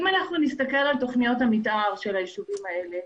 אם אנחנו נסתכל על תוכניות המתאר של היישובים האלה,